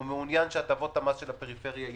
הוא מעוניין שהטבות המס של הפריפריה יימשכו.